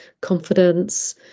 confidence